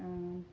অঁ